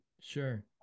Sure